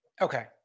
okay